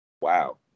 Wow